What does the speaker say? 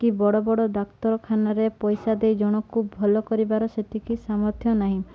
କି ବଡ଼ ବଡ଼ ଡାକ୍ତରଖାନାରେ ପଇସା ଦେଇ ଜଣଙ୍କୁ ଭଲ କରିବାର ସେତିକି ସାମର୍ଥ୍ୟ ନାହିଁ